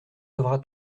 devra